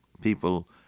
People